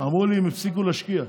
אמרו לי: הם הפסיקו להשקיע.